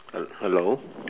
h~ hello